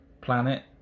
planet